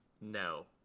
No